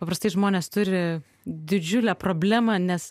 paprastai žmonės turi didžiulę problemą nes